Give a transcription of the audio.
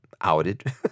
outed